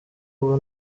ubu